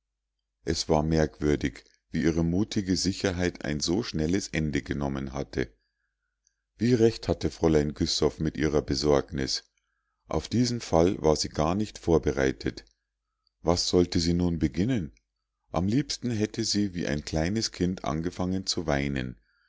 es war merkwürdig wie ihre mutige sicherheit ein so schnelles ende genommen hatte wie recht hatte fräulein güssow mit ihrer besorgnis auf diesen fall war sie gar nicht vorbereitet was sollte sie nun beginnen am liebsten hätte sie wie ein kleines kind angefangen zu weinen